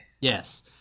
Yes